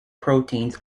proteins